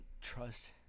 trust